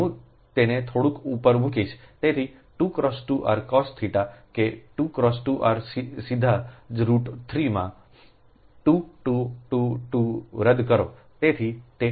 તેથી 2 × 2 r cos 30 કે 2 × 2 r સીધા જ રુટ 3 માં 2 2 2 2 રદ કરો